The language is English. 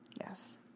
Yes